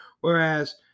whereas